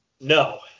No